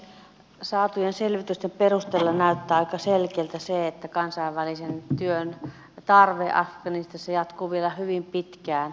saatujen selvitysten perusteella näyttää aika selkeältä se että kansainvälisen työn tarve afganistanissa jatkuu vielä hyvin pitkään